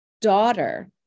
daughter